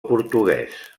portuguès